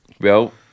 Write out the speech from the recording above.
Well-